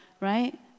right